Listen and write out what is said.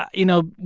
ah you know,